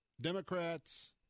Democrats